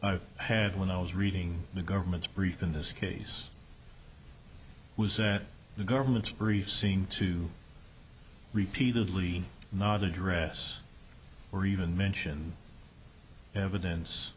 had when i was reading the government's brief in this case was that the government's brief seem to repeatedly not address or even mentioned evidence